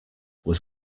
was